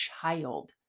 child